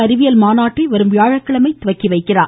அறிவியல் மாநாட்டை வரும் வியாழக்கிழமை தொடங்கி வைக்கிறார்